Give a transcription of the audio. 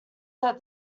that